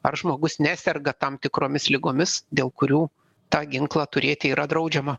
ar žmogus neserga tam tikromis ligomis dėl kurių tą ginklą turėti yra draudžiama